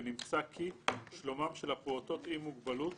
ונמצא כי שלומם של הפעוטות עם מוגבלות